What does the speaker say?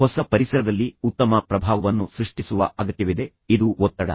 ಹೊಸ ಪರಿಸರದಲ್ಲಿ ಉತ್ತಮ ಪ್ರಭಾವವನ್ನು ಸೃಷ್ಟಿಸುವ ಅಗತ್ಯವಿದೆ ಇದು ಒತ್ತಡ